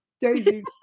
Daisy